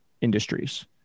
industries